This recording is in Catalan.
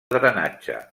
drenatge